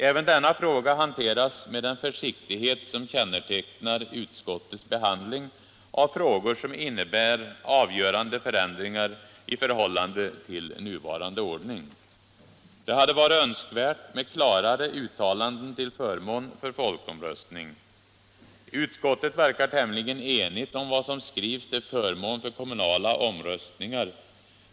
Även denna fråga hanteras med den försiktighet som kännetecknar utskottets behandling av frågor som innebär avgörande förändringar i förhållande till nuvarande ordning. Det hade varit önskvärt med klarare uttalanden till förmån för folkomröstning. Utskottet verkar tämligen enigt om vad som skrivs till förmån för kommunala omröstningar.